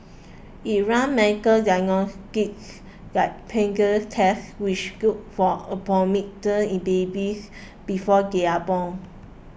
it runs medical diagnostics like prenatal tests which look for abnormalities in babies before they are born